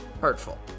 hurtful